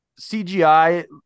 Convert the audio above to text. CGI